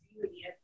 beauty